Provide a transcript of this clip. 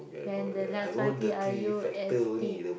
then the last one T R U S T